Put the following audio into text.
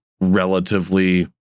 relatively